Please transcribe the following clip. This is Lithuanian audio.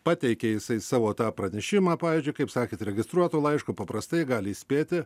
pateikė jisai savo tą pranešimą pavyzdžiui kaip sakėt registruotu laišku paprastai gali įspėti